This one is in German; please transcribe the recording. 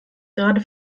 gerade